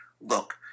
look